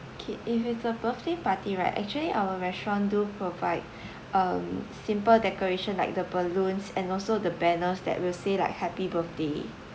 okay if it's a birthday party right actually our restaurant do provide um simple decoration like the balloons and also the banners that will say like happy birthday